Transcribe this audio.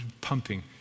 pumping